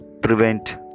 prevent